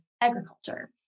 agriculture